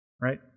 right